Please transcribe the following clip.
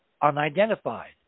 Unidentified